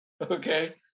okay